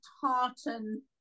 tartan